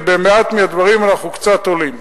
ובמעט מהדברים אנחנו קצת עולים.